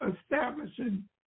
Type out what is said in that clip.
establishing